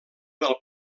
del